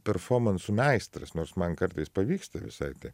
performansų meistras nors man kartais pavyksta visai taip